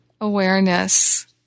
awareness